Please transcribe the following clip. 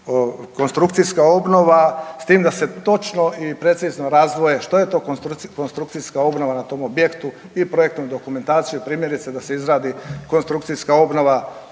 konstrukcijska obnova s time da se točno i precizno razdvoje što je konstrukcijska obnova na tom objektu i projektnu dokumentaciju primjerice da se izradi konstrukcijska obnova,